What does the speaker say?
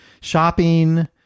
shopping